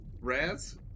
Raz